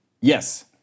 Yes